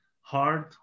hard